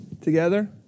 together